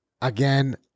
again